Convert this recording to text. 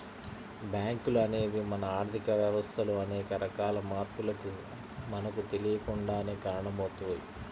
బ్యేంకులు అనేవి మన ఆర్ధిక వ్యవస్థలో అనేక రకాల మార్పులకు మనకు తెలియకుండానే కారణమవుతయ్